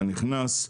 אתה נכנס,